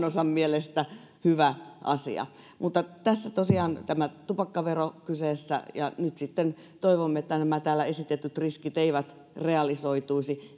osan mielestä hyvä asia mutta tässä tosiaan on nyt tämä tupakkavero kyseessä nyt sitten toivomme että nämä täällä esitetyt riskit eivät realisoituisi